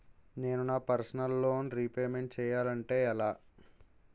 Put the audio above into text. నేను నా personal loan repayment చేయాలంటే ఎలా?